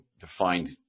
defined